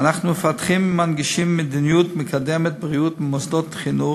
אנחנו מפתחים ומנגישים מדיניות מקדמת בריאות במוסדות חינוך,